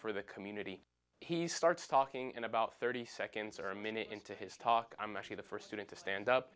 for the community he starts talking in about thirty seconds or a minute into his talk i'm actually the first student to stand up